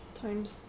times